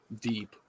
deep